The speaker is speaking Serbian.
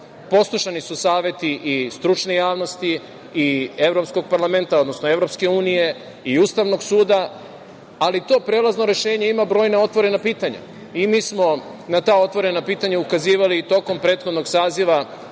Poslušani su saveti stručne javnosti i Evropskog parlamenta, odnosno EU, Ustavnog suda, ali to prelazno rešenje ima otvorena pitanja. Mi smo na ta otvorena pitanja ukazivali tokom prethodnog saziva,